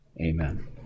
Amen